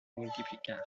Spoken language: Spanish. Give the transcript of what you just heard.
multiplicar